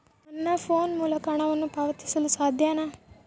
ನನ್ನ ಫೋನ್ ಮೂಲಕ ಹಣವನ್ನು ಪಾವತಿಸಲು ಸಾಧ್ಯನಾ?